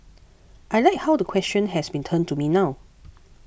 I like how the question has been turned to me now